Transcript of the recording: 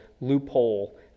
loophole